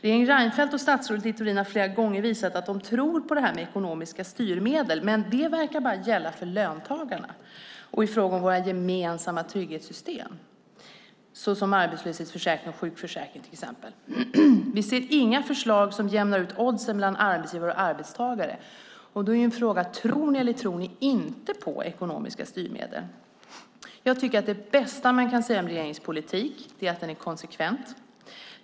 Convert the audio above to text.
Regeringen Reinfeldt och statsrådet Littorin har flera gånger visat att de tror på ekonomiska styrmedel, men det verkar bara gälla för löntagarna och i fråga om våra gemensamma trygghetssystem, såsom arbetslöshetsförsäkringen och sjukförsäkringen. Vi ser inga förslag som jämnar ut oddsen för bland annat arbetsgivare och arbetstagare. Tror ni eller tror ni inte på ekonomiska styrmedel? Jag tycker att det bästa man kan säga om regeringens politik är att den är konsekvent.